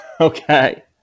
Okay